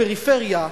"פריפריה",